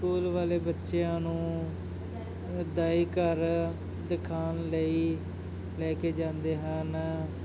school ਵਾਲੇ ਬੱਚਿਆਂ ਨੂੰ ਅਦਾਈ ਘਰ ਦਿਖਾਉਣ ਲਈ ਲੈ ਕੇ ਜਾਂਦੇ ਹਨ